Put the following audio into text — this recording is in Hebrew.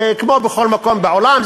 כמו בכל מקום בעולם,